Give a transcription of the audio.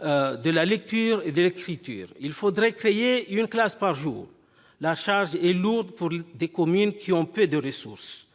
de la lecture et de l'écriture. Il faudrait créer une classe par jour. La charge est lourde pour des communes qui ont peu de ressources